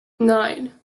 nine